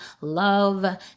love